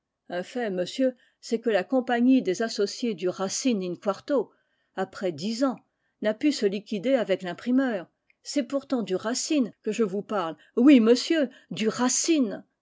fait monsieur c'est que la compagnie des associés du racine in-quarto après dix ans n'a pu se liquider avec l'imprimeur c'est pourtant du racine que je vous parle oui monsieur du racine